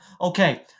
Okay